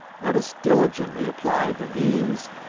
let us diligently apply the means,